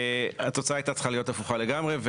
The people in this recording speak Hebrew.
התוצאה הייתה צריכה להיות הפוכה לגמרי,